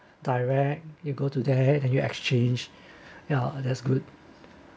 direct you go to there and you exchange ya that's good